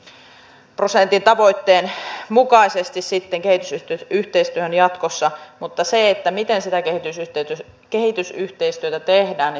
tutkimuskirjallisuuden valossa kaikista tehokkainta on panostaminen työllistämisseteleiden kaltaisiin palkkatukimuotoihin jotka mahdollistavat työnhakijalle kunnollisen palkan ja työnantajalle rahallisen korvauksen